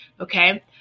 okay